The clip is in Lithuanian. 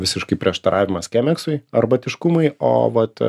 visiškai prieštaravimas kemeksui arbatiškumui o vat